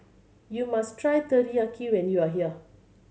you must try Teriyaki when you are here